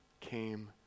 came